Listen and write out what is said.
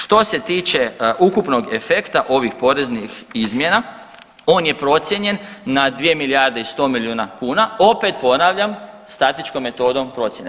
Što se tiče ukupnog efekta ovih poreznih izmjena, on je procijenjen na 2 milijarde i 100 milijuna kuna, opet ponavljam statičkom metodom procjene.